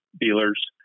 dealers